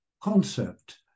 concept